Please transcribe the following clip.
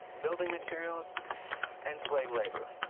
building materials and slave labor.